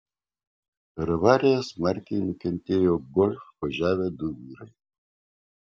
per avariją smarkiai nukentėjo golf važiavę du vyrai